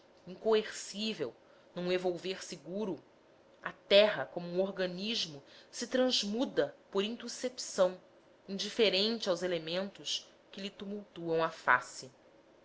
incoercível num evolver seguro a terra como um organismo se transmuda por intuscepção indiferente aos elementos que lhe tumultuam à face